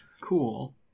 Cool